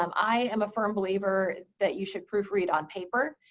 um i am a firm believer that you should proofread on paper.